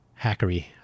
hackery